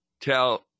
tell